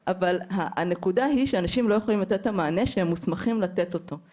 אבל הנקודה היא שאנשים לא יכולים לתת את המענה שהם מוסמכים לתת אותו.